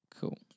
Cool